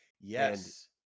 yes